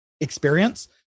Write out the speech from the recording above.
experience